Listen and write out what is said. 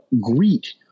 greet